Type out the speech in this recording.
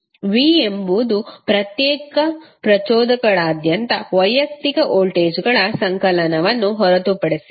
v ಎಂಬುದು ಪ್ರತ್ಯೇಕ ಪ್ರಚೋದಕಗಳಾದ್ಯಂತ ವೈಯಕ್ತಿಕ ವೋಲ್ಟೇಜ್ಗಳ ಸಂಕಲನವನ್ನು ಹೊರತುಪಡಿಸಿದೆ